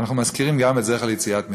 אנחנו מזכירים גם "זכר ליציאת מצרים".